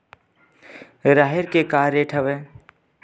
राहेर के का रेट हवय?